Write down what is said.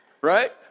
Right